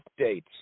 updates